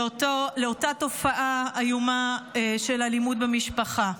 לתופעה האיומה של אלימות במשפחה.